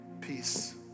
peace